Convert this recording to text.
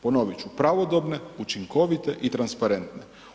Ponovit ću, pravodobne, učinkovite i transparentne.